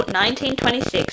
1926